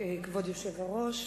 כבוד היושב-ראש,